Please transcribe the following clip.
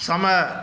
समय